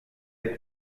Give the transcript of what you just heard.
этот